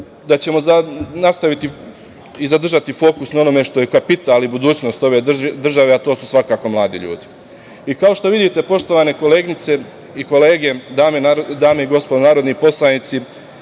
da ćemo nastaviti i zadržati fokus na onome što je kapital i budućnost ove države, a to su svakako mladi ljudi. Kao što vidite, poštovane koleginice i kolege, dame i gospodo narodni poslanici,